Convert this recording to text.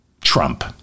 Trump